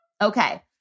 okay